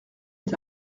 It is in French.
est